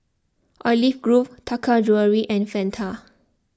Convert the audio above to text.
Olive Grove Taka Jewelry and Fanta